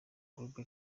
group